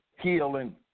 healing